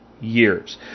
years